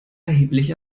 erheblich